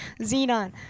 Xenon